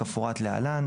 כמפורט להלן,